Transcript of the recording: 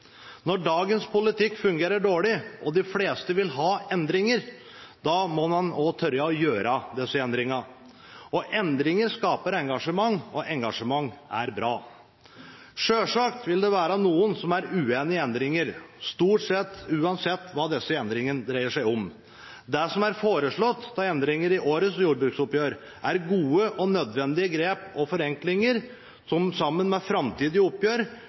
Når dagens politikk fungerer dårlig, og de fleste vil ha endringer, må man også tørre å gjøre disse endringene. Endringer skaper engasjement, og engasjement er bra. Selvsagt vil det være noen som er uenig i endringer – stort sett uansett hva disse endringene dreier seg om. Det som er foreslått av endringer i årets jordbruksoppgjør, er gode og nødvendige grep og forenklinger, som sammen med framtidige oppgjør